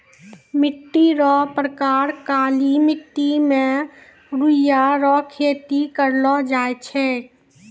मिट्टी रो प्रकार काली मट्टी मे रुइया रो खेती करलो जाय छै